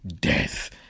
death